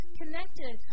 connected